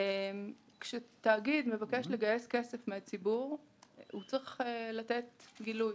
כשתאגיד מבקש לגייס כסף מהציבור הוא צריך לתת גילוי.